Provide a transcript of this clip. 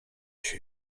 się